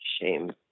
shame